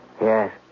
Yes